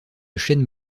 chêne